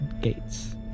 gates